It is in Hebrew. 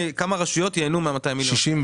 ייהנו מה-200 מיליון שקל?